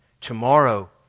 Tomorrow